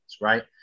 right